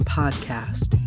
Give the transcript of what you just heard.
podcast